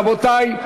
רבותי,